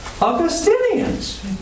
Augustinians